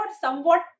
somewhat